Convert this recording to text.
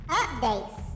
updates